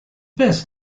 best